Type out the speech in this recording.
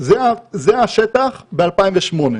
זה השטח ב-2008,